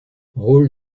rôle